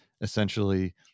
essentially